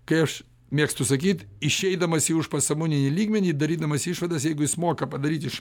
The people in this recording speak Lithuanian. kai aš mėgstu sakyt išeidamas į užpasąmoninį lygmenį darydamas išvadas jeigu jis moka padaryti iš